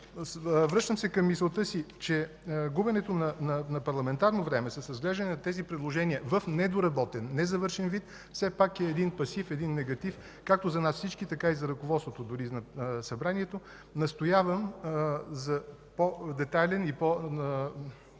Връщам се към мисълта си, че губенето на парламентарно време с разглеждането на тези предложения в недоработен, незавършен вид е един пасив, един негатив както за нас всички, така и за ръководството на Събранието. Настоявам за по-детайлен и по-задълбочен